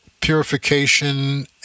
purification